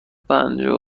پنجاه